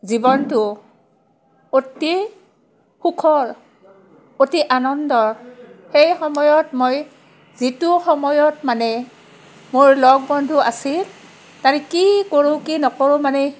জীৱনটো অতি সুখৰ অতি আনন্দৰ সেই সময়ত মই যিটো সময়ত মানে মোৰ লগ বন্ধু আছিল তাৰে কি কৰোঁ কি নকৰোঁ মানে